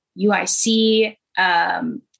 UIC